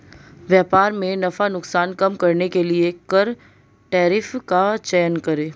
व्यापार में नफा नुकसान कम करने के लिए कर टैरिफ का चयन करे